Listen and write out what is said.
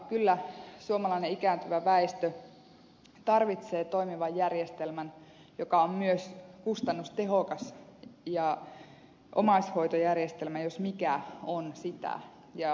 kyllä suomalainen ikääntyvä väestö tarvitsee toimivan järjestelmän joka on myös kustannustehokas ja omaishoitojärjestelmä jos mikä on sitä